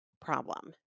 problem